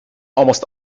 almost